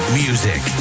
music